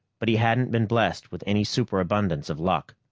but he hadn't been blessed with any superabundance of luck.